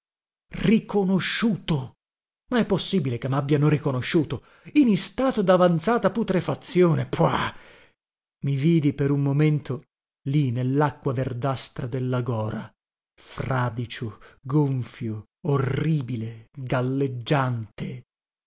riconosciuto ma è possibile che mabbiano riconosciuto in istato davanzata putrefazione puàh i vidi per un momento lì nellacqua verdastra della gora fradicio gonfio orribile galleggiante